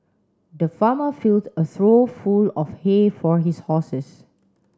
the farmer filled a trough full of hay for his horses